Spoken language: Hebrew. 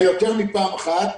היה יותר מפעם אחת.